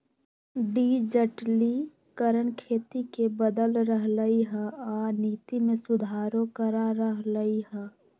डिजटिलिकरण खेती के बदल रहलई ह आ नीति में सुधारो करा रह लई ह